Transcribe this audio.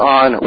on